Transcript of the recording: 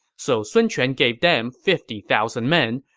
so sun quan gave them fifty thousand men,